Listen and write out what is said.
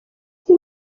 nzi